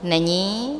Není.